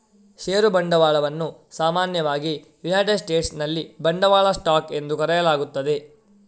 ಷೇರು ಬಂಡವಾಳವನ್ನು ಸಾಮಾನ್ಯವಾಗಿ ಯುನೈಟೆಡ್ ಸ್ಟೇಟ್ಸಿನಲ್ಲಿ ಬಂಡವಾಳ ಸ್ಟಾಕ್ ಎಂದು ಕರೆಯಲಾಗುತ್ತದೆ